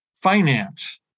finance